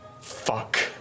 Fuck